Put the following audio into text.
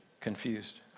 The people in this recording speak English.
Confused